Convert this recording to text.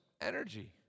energy